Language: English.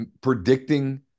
predicting